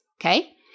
Okay